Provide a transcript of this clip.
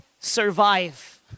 survive